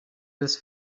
this